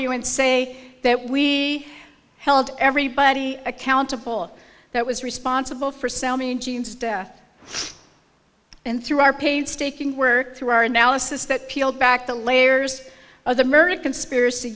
you and say that we held everybody accountable that was responsible for sound and through our painstaking work through our analysis that peel back the layers of the murder conspiracy